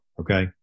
Okay